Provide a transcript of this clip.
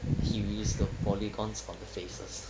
he used the polygons on the faces